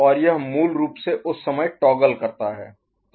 और यह मूल रूप से उस समय टॉगल करता है